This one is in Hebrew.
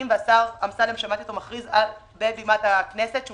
השר אמסלם שמעתי אותו מכריז מעל במת הכנסת שהוא